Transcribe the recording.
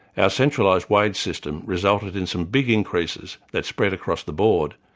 ah centralised wage system resulted in some big increases that spread across the board,